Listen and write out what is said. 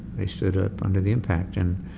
they stood up under the impact. and